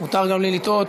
מותר גם לי לטעות.